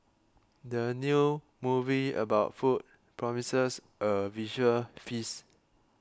the new movie about food promises a visual feast